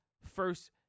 first